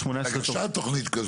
צריך הגשת תוכנית.